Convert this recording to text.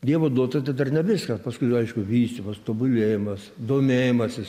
dievo duota tai dar ne viskas paskui aišku vystymas tobulėjimas domėjimasis